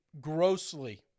grossly